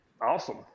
awesome